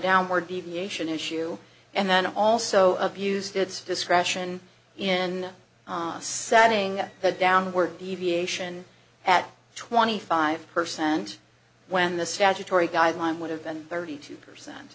downward deviation issue and then also abused its discretion in setting the downward deviation at twenty five percent when the statutory guideline would have been thirty two percent